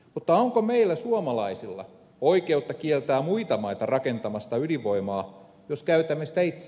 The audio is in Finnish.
mutta onko meillä suomalaisilla oikeutta kieltää muita maita rakentamasta ydinvoimaa jos käytämme sitä itse